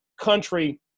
country